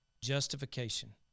justification